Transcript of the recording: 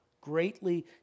greatly